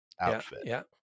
outfit